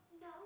No